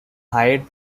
hired